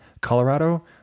Colorado